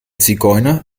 zigeuner